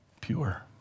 Pure